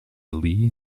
lee